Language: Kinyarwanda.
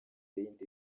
y’inda